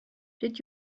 did